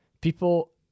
People